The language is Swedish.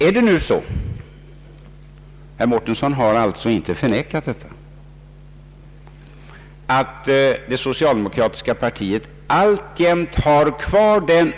Är det nu så — herr Mårtensson har inte förnekat detta — att det socialdemokratiska partiet alltjämt har den.